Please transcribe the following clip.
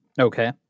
Okay